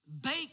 bake